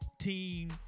Team